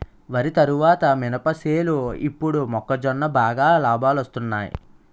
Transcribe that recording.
వరి తరువాత మినప సేలు ఇప్పుడు మొక్కజొన్న బాగా లాబాలొస్తున్నయ్